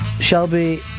Shelby